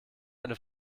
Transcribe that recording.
eine